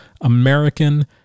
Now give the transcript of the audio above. american